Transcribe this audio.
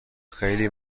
خیلی